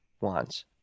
wants